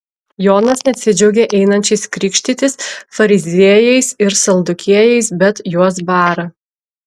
jonas nesidžiaugia einančiais krikštytis fariziejais ir sadukiejais bet juos bara